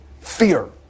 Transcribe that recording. fear